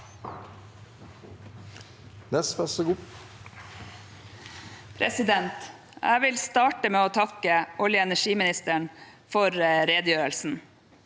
leder): Jeg vil starte med å takke olje- og energiministeren for redegjørelsen.